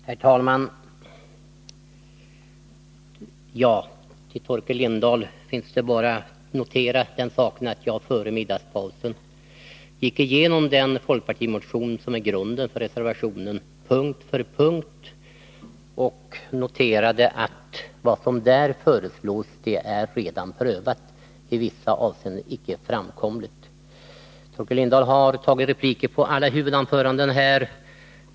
Herr talman! Till Torkel Lindahl finns det bara att säga att jag före middagspausen punkt för punkt gick igenom den folkpartimotion som är grunden för reservationen och noterade att vad som där föreslås redan är prövat och i vissa avseenden icke framkomligt. Torkel Lindahl har tagit replik på alla huvudanförandena här.